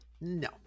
No